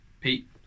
Pete